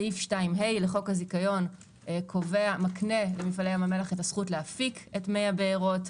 סעיף 2ה לחוק הזיכיון מקנה למפעלי ים המלח את הזכות להפיק את מי הבארות,